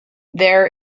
their